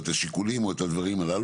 או את השיקולים או את הדברים הללו.